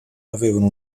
avevano